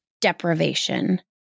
Deprivation